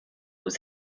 aux